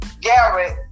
Garrett